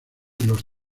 los